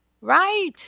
Right